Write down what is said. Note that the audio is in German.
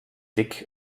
dick